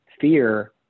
fear